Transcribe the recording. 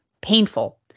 painful